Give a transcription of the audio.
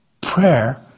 Prayer